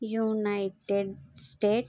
united state